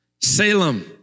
Salem